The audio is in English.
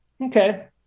Okay